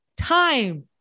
time